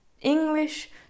English